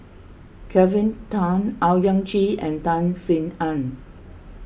Kelvin Tan Owyang Chi and Tan Sin Aun